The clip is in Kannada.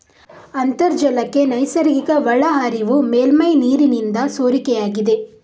ಅಂತರ್ಜಲಕ್ಕೆ ನೈಸರ್ಗಿಕ ಒಳಹರಿವು ಮೇಲ್ಮೈ ನೀರಿನಿಂದ ಸೋರಿಕೆಯಾಗಿದೆ